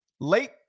late